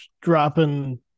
dropping